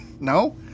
no